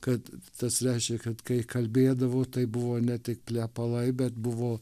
kad tas reiškia kad kai kalbėdavau tai buvo ne tik plepalai bet buvo